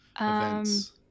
events